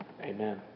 Amen